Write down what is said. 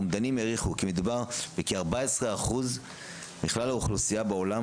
אומדנים העריכו כי מדובר בכ-14% מכלל האוכלוסייה בעול,